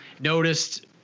noticed